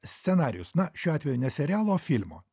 scenarijus na šiuo atveju ne serialo o filmo